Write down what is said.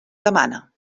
demana